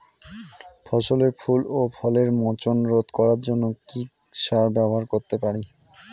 ফসলের ফুল ও ফলের মোচন রোধ করার জন্য কি সার ব্যবহার করতে পারি?